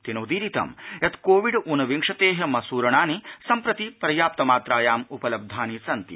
तेनोदीरितं यत् कोविड् ऊनविंशतेः मसूरणानि सम्प्रति पर्याप्त मात्रायाम् उपलब्धानि सन्ति